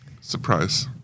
Surprise